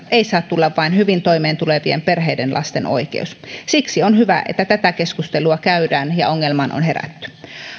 ei saa tulla vain hyvin toimeentulevien perheiden lasten oikeus siksi on hyvä että tätä keskustelua käydään ja ongelmaan on herätty